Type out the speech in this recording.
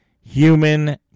human